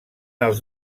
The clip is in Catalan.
els